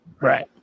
right